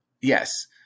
Yes